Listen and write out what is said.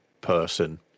person